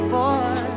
boy